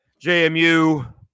JMU